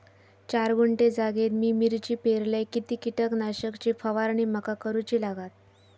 चार गुंठे जागेत मी मिरची पेरलय किती कीटक नाशक ची फवारणी माका करूची लागात?